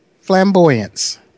flamboyance